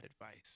advice